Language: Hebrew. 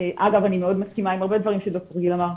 אגב, אני מסכימה מאוד עם הרבה דברים שד"ר גיל אמר.